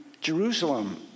Jerusalem